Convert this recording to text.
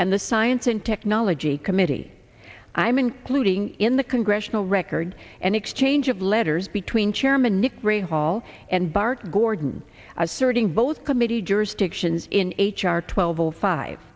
and the science and technology committee i'm including in the congressional record and exchange of letters between chairman nick rainfall and bart gordon asserting both committee jurisdictions in h r twelve o five